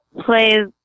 play